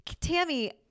Tammy